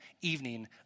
evening